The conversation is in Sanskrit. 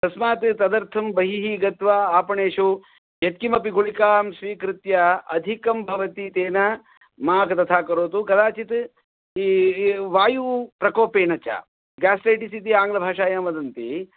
तस्मात् तदर्थं बहिः गत्वा आपणेषु यत्किमपि गुळिकां स्वीकृत्य अधिकं भवति तेन मा तथा करोतु कदाचित् वायुप्रकोपेन च गेस्रैटिस् इति आङ्ग्लभाषायां वदन्ति